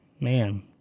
Man